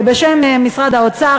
בשם משרד האוצר,